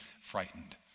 frightened